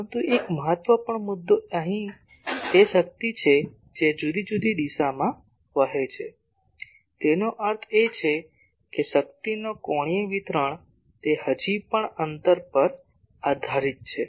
પરંતુ એક મહત્વપૂર્ણ મુદ્દો અહીં તે શક્તિ છે જે જુદી જુદી દિશામાં વહે છે તેનો અર્થ એ કે શક્તિનો કોણીય વિતરણ જે હજી પણ અંતર પર આધારિત છે